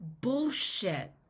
bullshit